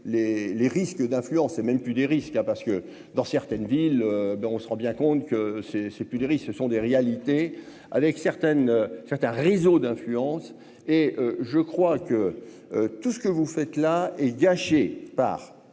les risques d'influence et même plus des risques, hein, parce que dans certaines villes, ben, on se rend bien compte que c'est c'est plus ils, ce sont des réalités avec certaines certains réseaux d'influence, et je crois que tout ce que vous faites là est gâchée par